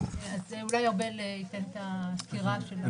אז אולי ארבל ייתן את הסקירה.